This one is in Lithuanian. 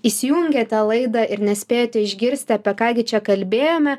įsijungėte laidą ir nespėjote išgirsti apie ką gi čia kalbėjome